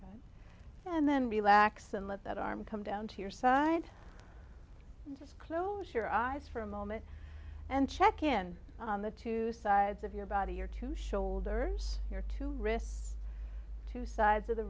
and then relax and let that arm come down to your side just close your eyes for a moment and check in on the two sides of your body your two shoulders your two wrists two sides of the